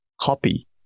copy